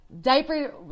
Diaper